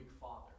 father